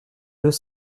deux